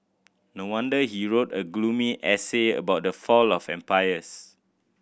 no wonder he wrote a gloomy essay about the fall of empires